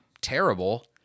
terrible